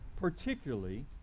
particularly